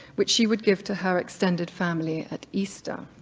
which she would give to her extended family at easter.